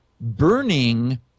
burning